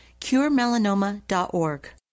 curemelanoma.org